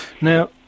Now